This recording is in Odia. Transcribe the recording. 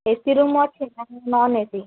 ଏ ସି ରୁମ୍ ଅଛି ନା ନନ୍ ଏ ସି